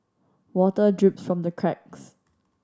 water drips from the cracks